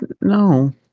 No